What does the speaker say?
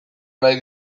nahi